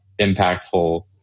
impactful